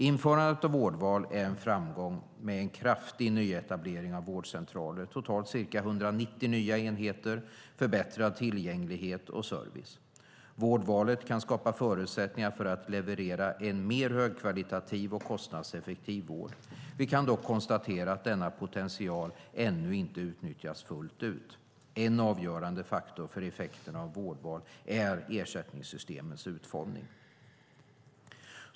Införandet av vårdval är en framgång med en kraftig nyetablering av vårdcentraler, totalt ca 190 nya enheter, förbättrad tillgänglighet och service. Vårdvalet kan skapa förutsättningar för att leverera en mer högkvalitativ och kostnadseffektiv vård. Vi kan dock konstatera att denna potential ännu inte utnyttjats fullt ut. En avgörande faktor för effekterna av vårdval är ersättningssystemens utformning.